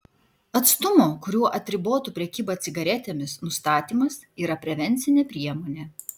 atstumo kuriuo atribotų prekybą cigaretėmis nustatymas yra prevencinė priemonė